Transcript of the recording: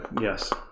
Yes